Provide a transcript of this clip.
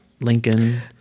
Lincoln